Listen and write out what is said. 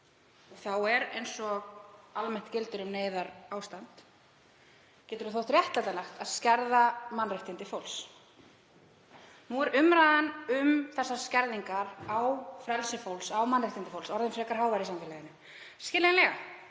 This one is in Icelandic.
Þá getur, eins og almennt gildir um neyðarástand, þótt réttlætanlegt að skerða mannréttindi fólks. Nú er umræðan um þessar skerðingar á frelsi fólks, á mannréttindum þess, orðin frekar hávær í samfélaginu, skiljanlega.